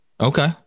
Okay